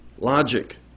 logic